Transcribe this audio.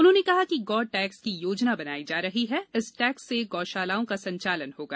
उन्होंने कहा कि गौ टेक्स की योजना बनाई जा रही है इस टेक्स से गौशालाओ का संचालन होगा